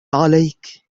عليك